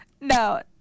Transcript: no